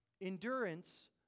Endurance